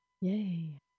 Yay